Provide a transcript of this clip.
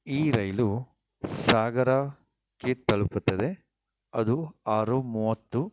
ಈ ರೈಲು ಸಾಗರಕ್ಕೆ ತಲುಪುತ್ತದೆ ಅದು ಆರು ಮೂವತ್ತು